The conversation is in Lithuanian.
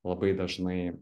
labai dažnai